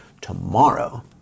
tomorrow